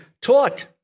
taught